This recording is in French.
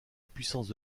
puissance